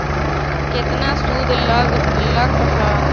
केतना सूद लग लक ह?